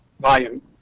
volume